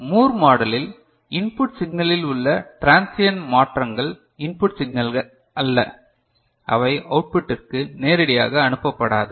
Moore மாடலில் input சிக்னலில் உள்ள டிரன்சியண்ட் மாற்றங்கள் இன்புட் சிக்னல் அல்ல அவை அவுட்புட்டிற்கு நேரடியாக அனுப்பப்படாது